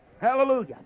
hallelujah